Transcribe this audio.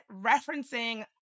referencing